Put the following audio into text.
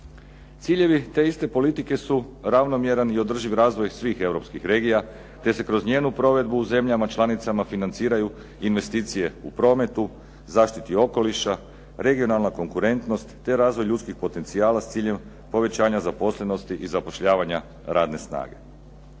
Ciljevi te iste politike u ravnomjeran i održivi razvoj svih europskih regija te se kroz njenu provedbu u zemljama članicama financiraju investicije u prometu, zaštiti okoliša, regionalna konkurentnost, te razvoj ljudskih potencijala s ciljem povećanja zaposlenosti i zapošljavanja radne snage.